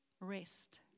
Rest